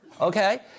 okay